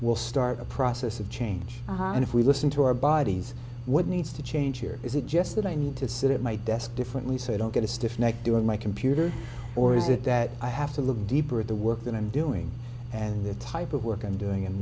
will start a process of change and if we listen to our bodies what needs to change here is it just that i need to sit at my desk differently so i don't get a stiff neck during my computer or is it that i have to look deeper at the work that i'm doing and the type of work i'm doing and